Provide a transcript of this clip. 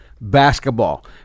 Basketball